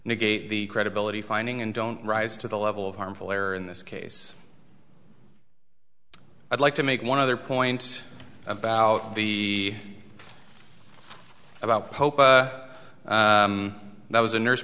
negate the credibility finding and don't rise to the level of harmful error in this case i'd like to make one other point about be about pope that was a nurse